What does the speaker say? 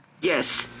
Yes